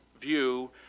view